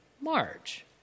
March